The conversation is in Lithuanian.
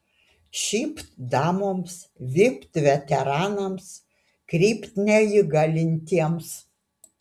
šypt damoms vypt veteranams krypt neįgalintiems